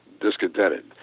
discontented